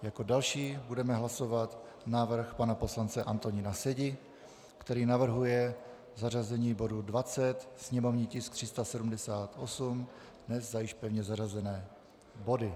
Jako další budeme hlasovat návrh pana poslance Antonína Sedi, který navrhuje zařazení bodu 20 sněmovní tisk 378 dnes za již pevně zařazené body.